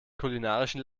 kulinarischen